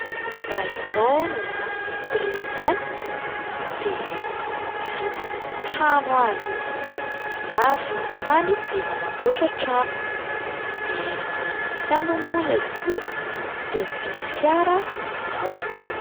Raha izaho no nahazo loteria izany de mividy trano aho aloha na mividy tany de manamboatra trano, de raha mbola misy ambiny moa ilay vola de mividy fiara izaho.